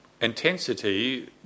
intensity